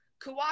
Kawhi